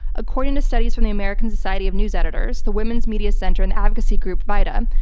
according to studies from the american society of news editors, the women's media center and the advocacy group vida,